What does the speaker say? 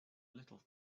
little